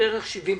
בערך 70 פעמים.